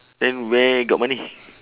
then where got money